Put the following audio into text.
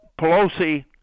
Pelosi